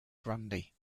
grundy